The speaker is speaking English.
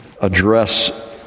address